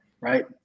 right